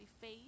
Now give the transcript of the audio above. face